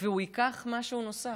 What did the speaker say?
והוא ייקח משהו נוסף.